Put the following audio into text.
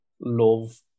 love